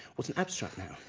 what's an abstract noun?